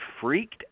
freaked